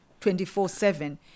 24-7